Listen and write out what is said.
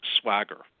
swagger